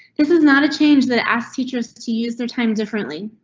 this is not a change that ask teachers to use their time differently.